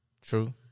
True